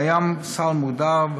קיים סל מוגדר,